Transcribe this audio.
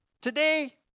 Today